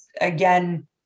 again